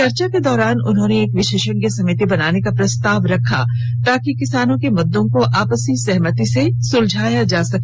चर्चा के दौरान उन्होंने एक विशेषज्ञ समिति बनाने का प्रस्ताव रखा ताकि किसानों केमुद्दों को आपसी सहमति से सुलझाया जा सके